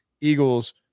Eagles